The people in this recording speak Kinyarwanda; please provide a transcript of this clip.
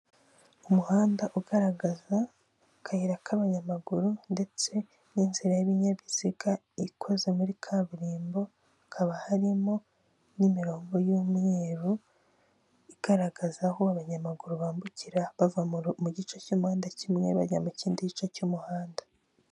Umuhanda ugaragaza akayira k'abanyamaguru ndetse n'inzira y'ibinyabiziga ikoze muri kaburimbo hakaba harimo n'imirongo y'umweruru igaragaza aho abanyamaguru bambukira bava mu gice cy'umuhanda kimwe bajya mu kindi gice cy'umuhanda.